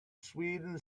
sweden